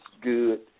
good